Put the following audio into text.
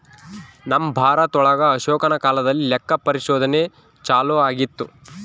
ನಮ್ ಭಾರತ ಒಳಗ ಅಶೋಕನ ಕಾಲದಲ್ಲಿ ಲೆಕ್ಕ ಪರಿಶೋಧನೆ ಚಾಲೂ ಆಗಿತ್ತು